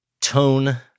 tone